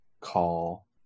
call